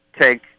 take